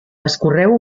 escorreu